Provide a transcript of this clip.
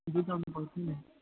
बुझाउनु पर्छ नि